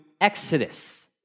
Exodus